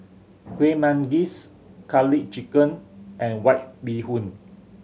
Kueh Manggis Garlic Chicken and White Bee Hoon